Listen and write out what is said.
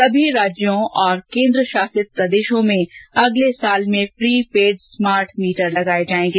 सभी राज्यों और केन्द्र शासित प्रदेशों में अगले तीन साल में प्रीपेड स्मार्ट मीटर लगाये जायेंगे